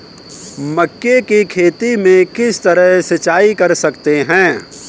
मक्के की खेती में किस तरह सिंचाई कर सकते हैं?